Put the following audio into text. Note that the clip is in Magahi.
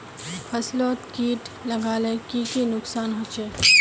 फसलोत किट लगाले की की नुकसान होचए?